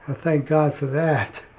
thank god for that.